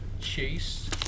chase